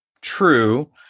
true